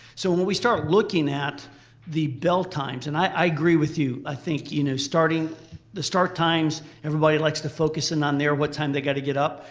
so when we start looking at the bell times and i agree with you, i think, you know, the start times everybody likes to focus in on there what time they gotta get up,